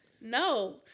no